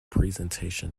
presentation